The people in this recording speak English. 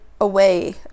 away